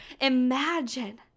imagine